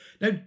Now